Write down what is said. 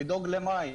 לדאוג למים,